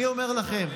אני אומר לכם,